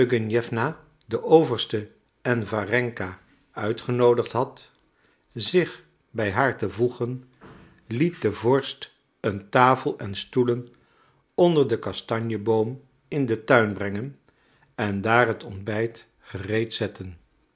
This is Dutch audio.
eugenjewna den overste en warenka uitgenoodigd had zich bij haar te voegen liet de vorst een tafel en stoelen onder den kastanjeboom in den tuin brengen en daar het ontbijt gereed zetten